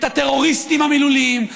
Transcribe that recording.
את הטרוריסטים המילוליים,